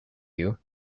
you